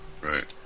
Right